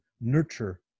nurture